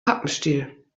pappenstiel